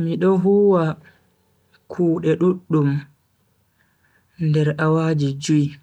Mido huwa kuude duddum nder awaji jui